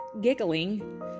giggling